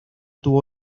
tuvo